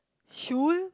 she will